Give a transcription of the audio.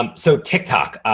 um so tiktok,